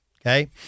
Okay